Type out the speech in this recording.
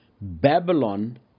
Babylon